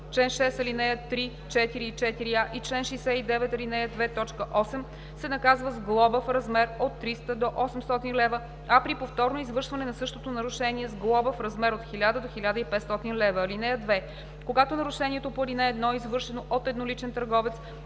чл. 6, ал. 3, 4 и 4а и чл. 69, ал. 2, т. 8, се наказва с глоба в размер от 300 до 800 лв., а при повторно извършване на същото нарушение – с глоба в размер от 1000 до 1500 лв. (2) Когато нарушението по ал. 1 е извършено от едноличен търговец,